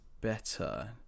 better